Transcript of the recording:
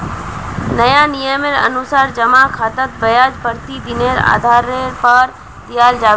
नया नियमेर अनुसार जमा खातात ब्याज प्रतिदिनेर आधार पर दियाल जाबे